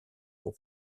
pour